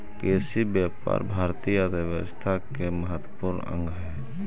कृषिव्यापार भारतीय अर्थव्यवस्था के महत्त्वपूर्ण अंग हइ